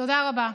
תודה רבה.